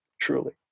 Truly